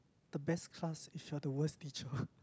the best class if you are the worst teacher